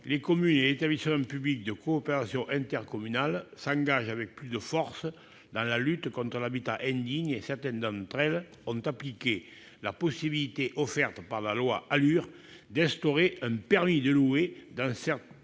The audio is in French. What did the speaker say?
Les communes et établissements publics de coopération intercommunale s'engagent avec plus de force dans la lutte contre l'habitat indigne, et certaines d'entre elles se sont saisies de la possibilité offerte par la loi ALUR d'instaurer un permis de louer dans certains